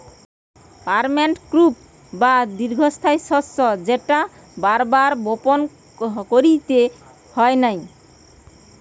permanent crop বা দীর্ঘস্থায়ী শস্য যেটা বার বার বপণ কইরতে হয় নাই